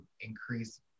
increase